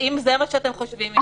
זה מה שאתם חושבים,